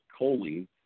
choline